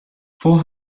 four